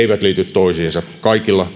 toisiinsa kaikilla